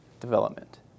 development